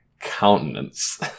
Countenance